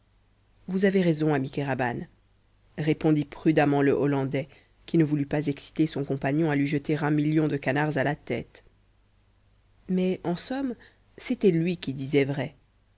vous avez raison ami kéraban répondit prudemment le hollandais qui ne voulut pas exciter son compagnon à lui jeter un million de canards à la tête mais en somme c'était lui qui disait vrai